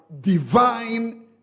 divine